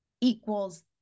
equals